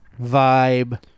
vibe